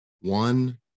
One